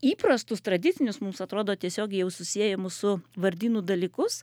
įprastus tradicinius mums atrodo tiesiogiai jau susiejamus su vardynu dalykus